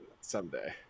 someday